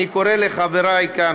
אני קורא לחברי כאן,